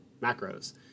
macros